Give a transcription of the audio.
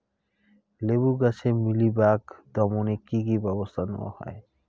লেবু গাছে মিলিবাগ দমনে কী কী ব্যবস্থা নেওয়া হয়?